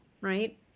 right